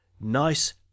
nice